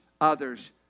others